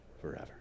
forever